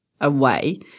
away